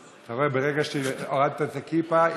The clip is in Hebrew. אבל ברגע שהורדת את הכיפה,